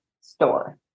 store